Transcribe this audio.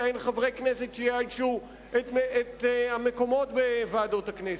אין חברי כנסת שיאיישו את המקומות בוועדות הכנסת.